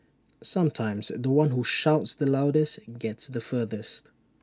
sometimes The One who shouts the loudest gets the furthest